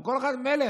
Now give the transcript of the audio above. אבל כל אחד מלך.